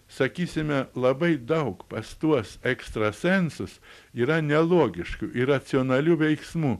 sakysime labai daug pas tuos ekstrasensus yra nelogiškų iracionalių veiksmų